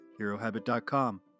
HeroHabit.com